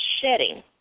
shedding